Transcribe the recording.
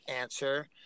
answer